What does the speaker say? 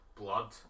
blood